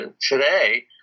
today